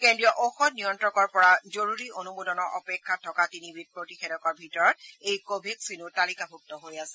কেন্দ্ৰীয় ঔষধ নিয়ন্তকৰ পৰা জৰুৰী অনুমোদনৰ অপেক্ষাত থকা তিনিবিধ প্ৰতিষেধকৰ ভিতৰত এই কোভেক্সিনো তালিকাভুক্ত হৈ আছে